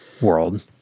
world